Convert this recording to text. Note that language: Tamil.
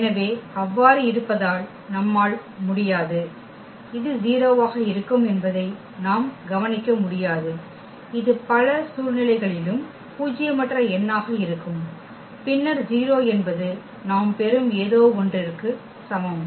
எனவே அவ்வாறு இருப்பதால் நம்மால் முடியாது இது 0 ஆக இருக்கும் என்பதை நாம் கவனிக்க முடியாது இது பல சூழ்நிலைகளிலும் பூஜ்ஜியமற்ற எண்ணாக இருக்கும் பின்னர் 0 என்பது நாம் பெறும் ஏதோவொன்றிற்கு சமம்